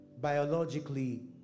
biologically